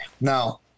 Now